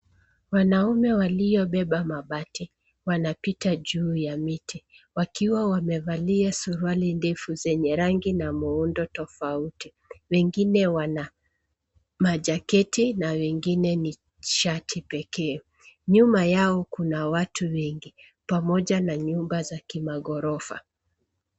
Wanaume waliobeba mabati wanapita juu ya miti wakiwa wamevalia suruali ndefu zenye rangi na muundo tofauti. Wengine wana majaketi na wengine ni shati pekee. Nyuma yao kuna watu wengi pamoja na nyumba za kimaghorofa.